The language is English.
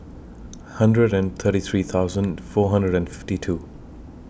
hundred and thirty three thousand four hundred and fifty two